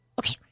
Okay